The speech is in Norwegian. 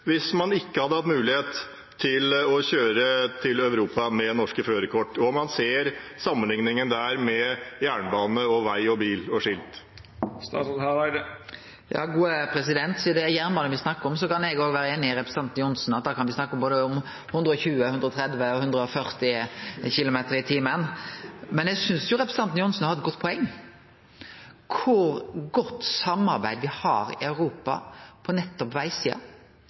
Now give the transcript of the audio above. hvis man ikke hadde hatt mulighet til å kjøre i Europa med norsk førerkort? Man ser der sammenlikningen mellom jernbane og vei, bil og skilt. Sidan det er jernbane me snakkar om, kan eg vere einig med representanten Johnsen i at da kan me snakke om både 120, 130 og 140 km/t. Men eg synest representanten Johnsen har eit godt poeng – kor godt samarbeid me har i Europa på nettopp